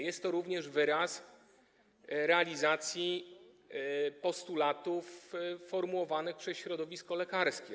Jest to również wyraz realizacji postulatów formułowanych przez środowisko lekarskie.